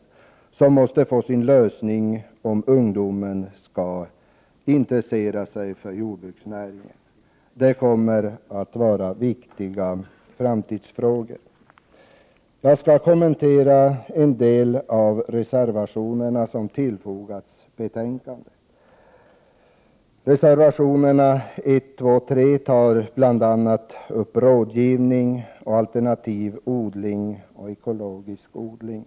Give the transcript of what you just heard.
Dessa frågor måste få sin lösning om ungdomen skall komma att intressera sig för jordbruksnäringen. Detta är alltså viktiga framtidsfrågor. Jag skall kommentera en del av de reservationer som fogats till betänkandet. Reservationerna 1, 2 och 3 tar upp bl.a. frågan rådgivning i alternativ odling och ekologisk odling.